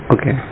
Okay